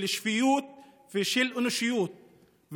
של שפיות ושל אנושיות,